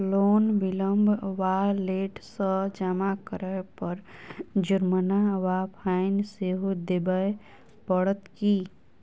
Loan विलंब वा late सँ जमा करै पर जुर्माना वा फाइन सेहो देबै पड़त की?